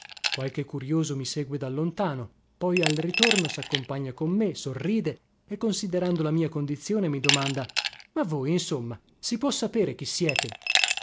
qualche curioso mi segue da lontano poi al ritorno saccompagna con me sorride e considerando la mia condizione mi domanda ma voi insomma si può sapere chi siete